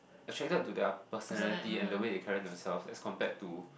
attracted to their personality and the way they carry themselves as compared to